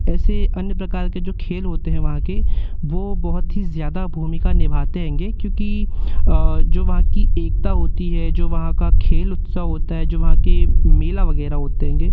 ऐसे अन्य प्रकार के जो खेल होते हैं वहाँ के वह बहुत ही ज़्यादा भूमिका निभाते हैंगे क्योंकि जो वहाँ कि एकता होती है जो वहाँ का खेल उत्सव होता है जो वहाँ के मेला वगैरह होते हैंगे